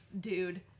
dude